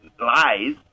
lies